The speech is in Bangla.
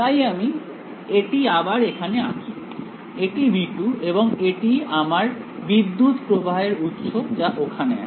তাই আমি এটি আবার এখানে আঁকি এটি V2 এবং এটি আমার বিদ্যুৎ প্রবাহের উৎস যা ওখানে আছে